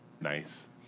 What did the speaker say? Nice